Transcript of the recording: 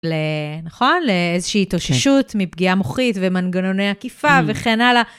נכון? לאיזושהי התאוששות מפגיעה מוחית ומנגנוני עקיפה וכן הלאה.